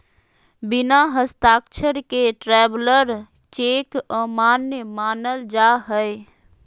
बिना हस्ताक्षर के ट्रैवलर चेक अमान्य मानल जा हय